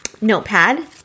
notepad